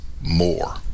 more